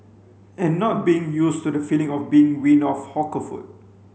and not being used to the feeling of being weaned off hawker food